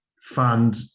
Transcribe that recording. fund